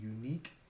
unique